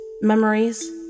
memories